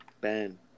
Ben